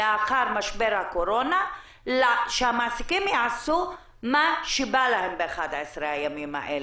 לאחר משבר הקורונה שהמעסיקים יעשו בה מה שבא להם ב-11 הימים האלה,